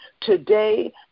today